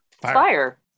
Fire